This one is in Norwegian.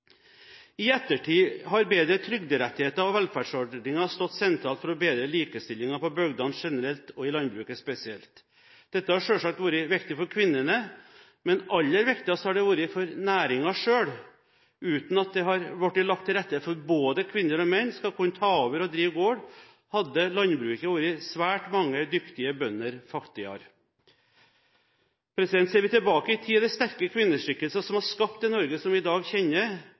I ettertid har bedre trygderettigheter og velferdsordninger stått sentralt for å bedre likestillingen på bygdene generelt og i landbruket spesielt. Dette har selvsagt vært viktig for kvinnene, men aller viktigst har det vært for næringen selv. Uten at det hadde blitt lagt til rette for at både kvinner og menn skal kunne ta over og drive gård, hadde landbruket vært mange dyktige bønder fattigere. Ser vi tilbake i tid, er det sterke kvinneskikkelser som har skapt det Norge som vi i dag kjenner.